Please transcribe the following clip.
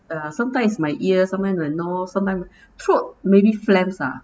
uh sometimes it's my ears sometimes it's my nose sometime throat maybe phlegms lah